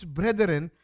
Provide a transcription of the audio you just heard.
brethren